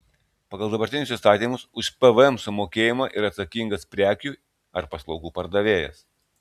pagal dabartinius įstatymus už pvm sumokėjimą yra atsakingas prekių ar paslaugų pardavėjas